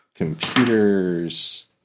computer's